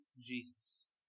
Jesus